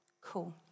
Cool